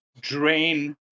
drain